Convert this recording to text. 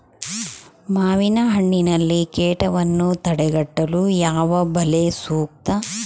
ಮಾವಿನಹಣ್ಣಿನಲ್ಲಿ ಕೇಟವನ್ನು ತಡೆಗಟ್ಟಲು ಯಾವ ಬಲೆ ಸೂಕ್ತ?